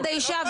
איתו.